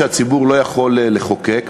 הציבור לא יכול לחוקק,